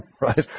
right